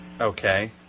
Okay